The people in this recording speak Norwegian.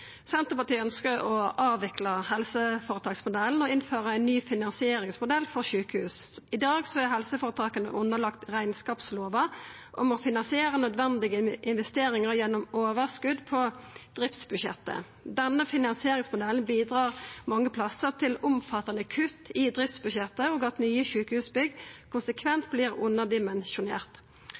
Senterpartiet ønskjer å avvikla helseføretaksmodellen og innføra ein ny finansieringsmodell for sjukehus. I dag er helseføretaka underlagde rekneskapslova og må finansiera nødvendige investeringar gjennom overskot på driftsbudsjettet. Denne finansieringsmodellen bidreg mange plassar til omfattande kutt i driftsbudsjettet, og til at nye sjukehusbygg konsekvent